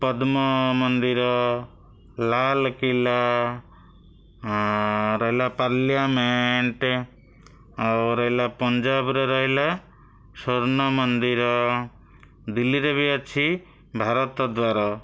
ପଦ୍ମ ମନ୍ଦିର ଲାଲ୍ କିଲ୍ଲା ରହିଲା ପାର୍ଲିଆମେଣ୍ଟ ଆଉ ରହିଲା ପଞ୍ଜାବରେ ରହିଲା ସ୍ୱର୍ଣ୍ଣ ମନ୍ଦିର ଦିଲ୍ଲୀରେ ବି ଅଛି ଭାରତ ଦ୍ୱାର